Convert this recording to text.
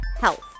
health